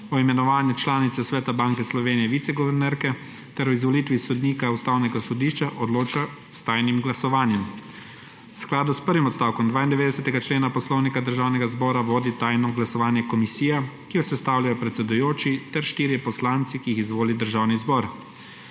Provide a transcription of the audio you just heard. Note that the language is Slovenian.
o imenovanju članice Sveta Banke Slovenije − viceguvernerke ter o izvolitvi sodnika Ustavnega sodišča odloča s tajnim glasovanjem. V skladu s prvim odstavkom 92. člena Poslovnika Državnega zbora vodi tajno glasovanje komisija, ki jo sestavljajo predsedujoči ter štirje poslanci, ki jih izvoli Državni zbor.